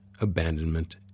abandonment